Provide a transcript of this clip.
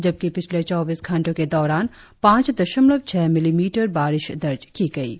जबकि पिछले चौबीस घंटो के दौरान पाच दशमलव छह मिलीमिटर बारिस दर्ज की गई है